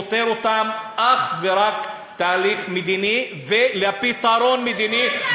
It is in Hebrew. פותר אותם אך ורק תהליך מדיני ופתרון מדיני,